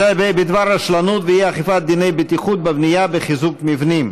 בדבר רשלנות ואי-אכיפת דיני בטיחות בבנייה בחיזוק מבנים,